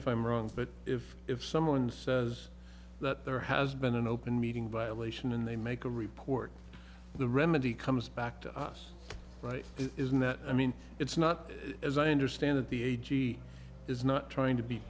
if i'm wrong but if if someone says that there has been an open meeting violation and they make a report the remedy comes back to us but it isn't that i mean it's not as i understand it the a g is not trying to be